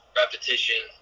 repetition